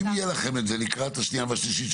אם יהיה לכם את זה לקראת השנייה והשלישית,